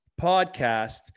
podcast